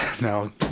no